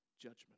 judgment